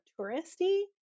touristy